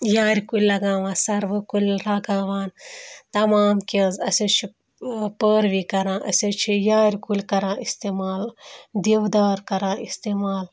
یارِ کُلۍ لگاوان سَروٕ کُلۍ لگاوان تَمام کینٛہہ حظ اَسہِ حظ چھِ پٲروِی کَران أسۍ حظ چھِ یارِ کُلۍ کَران استعمال دِودار کَران استعمال